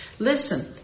Listen